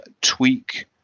tweak